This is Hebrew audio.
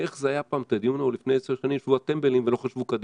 איך זה היה פעם הדיון ההוא לפני עשר שנים שישבו הטמבלים ולא חשבו קדימה.